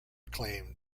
claimed